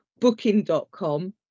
booking.com